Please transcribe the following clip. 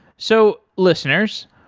so, listeners,